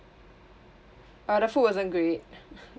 uh the food wasn't great